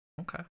Okay